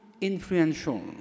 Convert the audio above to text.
influential